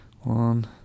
One